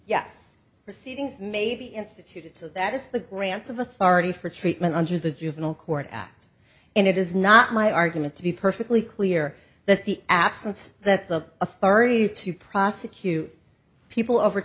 yes proceedings may be instituted so that it's the grants of authority for treatment under the juvenile court act and it is not my argument to be perfectly clear that the absence that the authority to prosecute people over